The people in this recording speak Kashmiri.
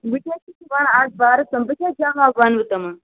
وۅنۍ کیٛاہ حظ چھَکھ ژٕ وَنان اَتھ بارَس مَنٛز بہٕ کیٛاہ جَواب وَنہٕ تِمَن